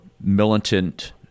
militant